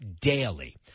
daily